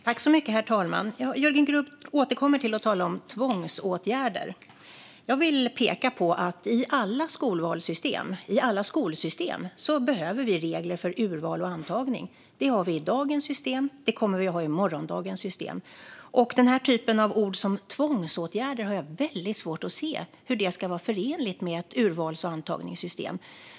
Herr talman! Jörgen Grubb återkommer till tvångsåtgärder. Jag vill peka på att i alla skolvalssystem, i alla skolsystem, behöver vi regler för urval och antagning. Det finns i dagens system, och det kommer att finnas i morgondagens system. Jag har svårt att se hur tvångsåtgärder ska vara förenligt med ett urvals och antagningssystem.